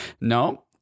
No